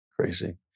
Crazy